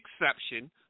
exception